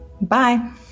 Bye